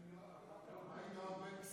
מה עם יואב בן צור?